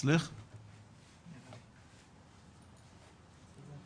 אני ברשותכם שלא